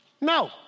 No